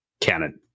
canon